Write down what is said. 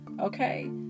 Okay